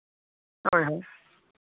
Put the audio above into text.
ᱦᱳᱭ ᱦᱳᱭ